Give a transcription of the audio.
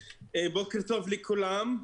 לכולם,